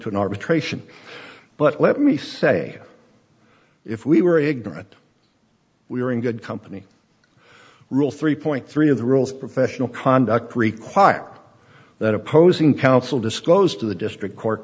to an arbitration but let me say if we were ignorant we were in good company rule three point three of the rules of professional conduct require that opposing counsel disclose to the district court